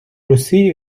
росії